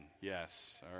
Yes